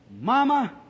mama